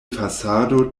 fasado